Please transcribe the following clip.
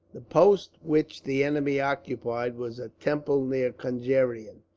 the post which the enemy occupied was a temple near conjeveram,